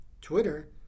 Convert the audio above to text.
Twitter